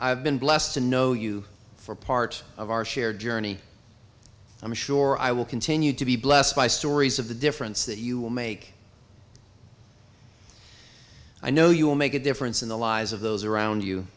i've been blessed to know you for part of our shared journey i'm sure i will continue to be blessed by stories of the difference that you will make i know you will make a difference in the lives of those around you